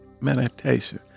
Meditation